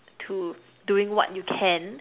to doing what you can